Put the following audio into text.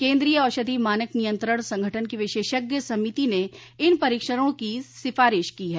केन्द्रीय औषध मानक नियंत्रण संगठन की विशेषज्ञ समिति ने इन परीक्षणों की सिफारिश की है